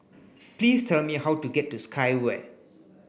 please tell me how to get to Sky Vue